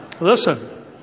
Listen